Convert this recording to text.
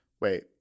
wait